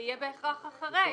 זה יהיה בהכרח אחרי,